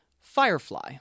Firefly